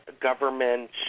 government